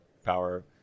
Power